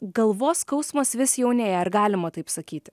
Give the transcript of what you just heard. galvos skausmas vis jaunėja ar galima taip sakyti